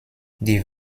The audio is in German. die